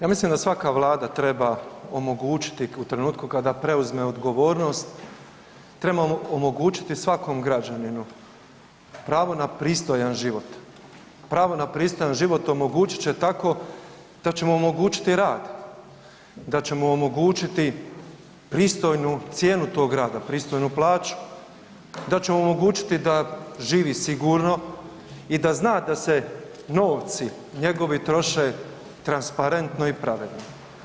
Ja mislim da svaka vlada treba omogućiti u trenutku kada preuzme odgovornost, trebamo omogućiti svakom građaninu pravo na pristojan život, pravo na pristojan život omogućit će tako da ćemo omogućiti rad, da ćemo omogućiti pristojnu cijenu tog rada, pristojnu plaću, da ćemo mu omogućiti da živi sigurno i da zna da se novci njegovi troše transparentno i pravedno.